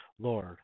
Lord